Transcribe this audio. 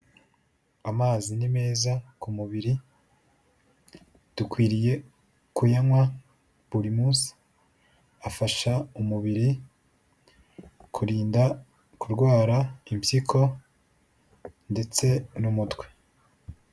Amazi ni meza ku mubiri, dukwiriye kuyanywa buri munsi, afasha umubiri kurinda kurwara impyiko ndetse n'umutwe.